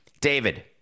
David